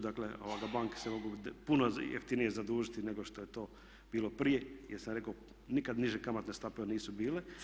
Dakle, banke se mogu puno jeftinije zadužiti nego što je to bilo prije jer sam rekao nikad niže kamatne stope nisu bile.